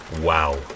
Wow